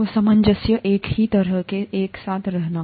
तो सामंजस्य है एक ही तरह से एक साथ रहना